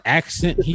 accent